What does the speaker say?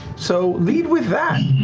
so lead with that.